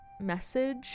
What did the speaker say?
message